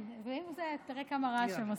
כן, ועם זה, תראה כמה רעש הם עושים.